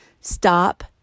Stop